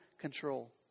control